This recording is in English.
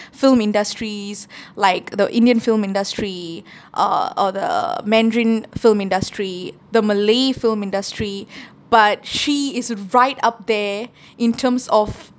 film industries like the indian film industry or or the mandarin film industry the malay film industry but she is right up there in terms of